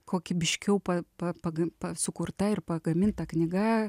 kokybiškiau pa pa paga pa sukurta ir pagaminta knyga